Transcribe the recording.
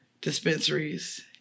dispensaries